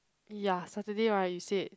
ya Saturday right you said